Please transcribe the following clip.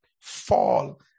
fall